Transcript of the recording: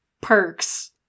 perks